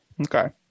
Okay